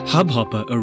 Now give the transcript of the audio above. Hubhopper